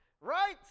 right